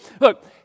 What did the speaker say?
Look